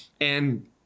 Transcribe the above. And-